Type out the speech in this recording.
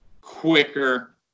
quicker